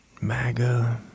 MAGA